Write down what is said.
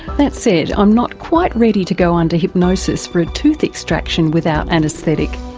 that said, i'm not quite ready to go under hypnosis for a tooth extraction without anaesthetic.